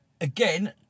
again